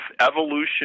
evolution